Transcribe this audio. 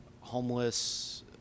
homeless